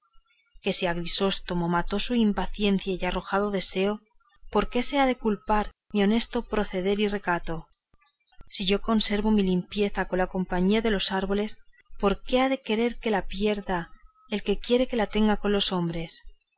que si a grisóstomo mató su impaciencia y arrojado deseo por qué se ha de culpar mi honesto proceder y recato si yo conservo mi limpieza con la compañía de los árboles por qué ha de querer que la pierda el que quiere que la tenga con los hombres